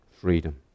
freedom